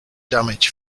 damage